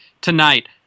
tonight